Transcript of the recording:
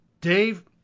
Dave